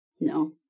No